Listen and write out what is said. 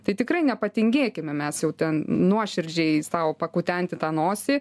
tai tikrai nepatingėkime mes jau ten nuoširdžiai sau pakutenti tą nosį